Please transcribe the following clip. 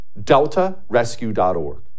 deltarescue.org